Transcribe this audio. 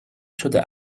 شده